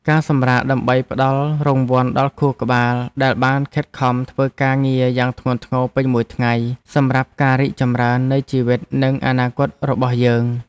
ការសម្រាកដើម្បីផ្ដល់រង្វាន់ដល់ខួរក្បាលដែលបានខិតខំធ្វើការងារយ៉ាងធ្ងន់ធ្ងរពេញមួយថ្ងៃសម្រាប់ការរីកចម្រើននៃជីវិតនិងអនាគតរបស់យើង។